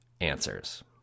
answers